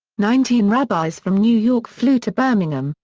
nineteen rabbis from new york flew to birmingham,